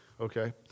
Okay